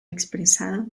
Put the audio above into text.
expresado